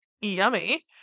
Yummy